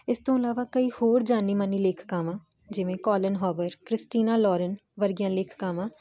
ਇਸ ਤੋਂ ਇਲਾਵਾ ਕਈ ਹੋਰ ਜਾਨੀ ਮਾਨੀ ਲੇਖਕਾਵਾਂ ਜਿਵੇਂ ਕੋਲਨ ਹਵਰ ਕ੍ਰਿਸਟੀ ਨਾਲ ਲੋਰਨ ਵਰਗੀਆਂ ਲਿਖਕਾਵਾਂ